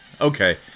Okay